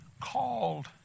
called